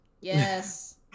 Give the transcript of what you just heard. Yes